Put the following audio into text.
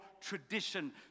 tradition